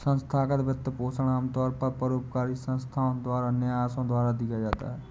संस्थागत वित्तपोषण आमतौर पर परोपकारी संस्थाओ और न्यासों द्वारा दिया जाता है